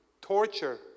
Torture